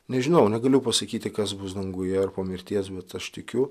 nežinau negaliu pasakyti kas bus danguje ar po mirties bet aš tikiu